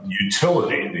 utility